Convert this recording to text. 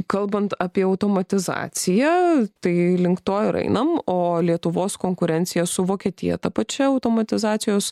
kalbant apie automatizaciją tai link to ir einam o lietuvos konkurencija su vokietija ta pačia automatizacijos